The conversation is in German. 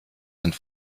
sind